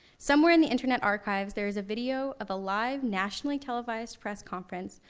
somewhere in the internet archives, there is a video of a live, nationally televised press conference,